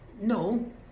No